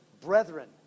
brethren